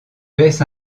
baisse